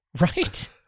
Right